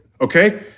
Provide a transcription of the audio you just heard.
Okay